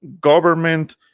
government